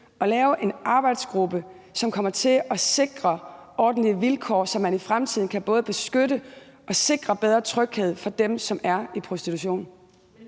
at lave en arbejdsgruppe, som kommer til at sikre ordentlige vilkår, så vi i fremtiden både kan beskytte og sikre bedre tryghed for dem, der er i prostitution?